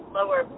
lower